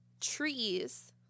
trees